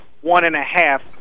one-and-a-half